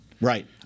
Right